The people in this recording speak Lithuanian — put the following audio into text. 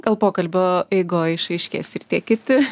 gal pokalbio eigoj išaiškės ir tie kiti